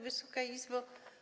Wysoka Izbo!